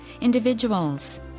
individuals